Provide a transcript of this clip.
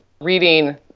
reading